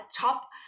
top